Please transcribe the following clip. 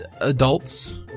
adults